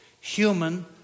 human